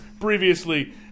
previously